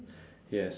yes